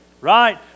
Right